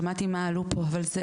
שמעתי מה העלו פה,